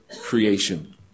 creation